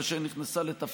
כאשר היא נכנסה לתפקידה,